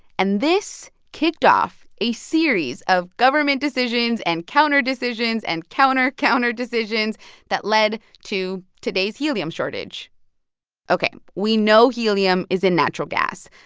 and this kicked off a series of government decisions and counter-decisions and counter-counter-decisions that led to today's helium shortage ok, we know helium is a natural gas,